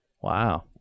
Wow